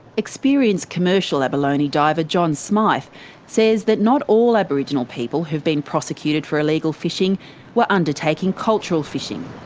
experienced commercial abalone diver john smythe says that not all aboriginal people who've been prosecuted for illegal fishing were undertaking cultural fishing.